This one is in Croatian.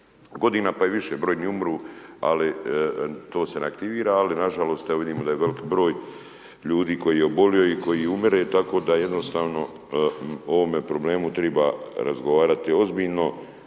godina pa i više. Brojni umru, ali to se ne aktivira. Ali na žalost vidimo da je veliki broj ljudi koji je obolio i koji umire, tako da jednostavno o ovome problemu treba razgovarati ozbiljno.